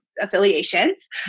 affiliations